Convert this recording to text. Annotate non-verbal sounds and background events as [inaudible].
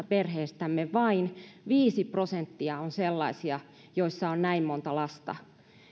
[unintelligible] perheestämme vain viisi prosenttia on sellaisia joissa on näin monta lasta